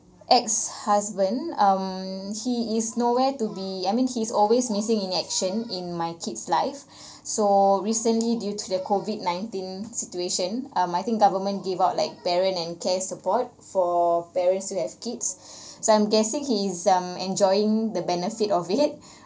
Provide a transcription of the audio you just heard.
ex-husband um he is nowhere to be I mean he's always missing in action in my kid's life so recently due to the COVID nineteen situation um I think government give out like parent and care support for parents who have kids so I'm guessing he's um enjoying the benefit of it